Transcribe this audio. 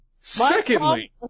Secondly